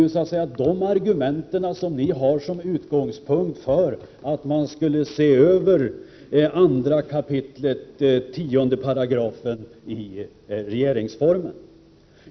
Dessa argument har ni som utgångspunkt för att man skulle se över 2 kap. 10 §i regeringsformen.